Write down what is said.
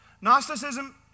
Gnosticism